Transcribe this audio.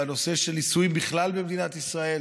בנושא של נישואין בכלל במדינת ישראל,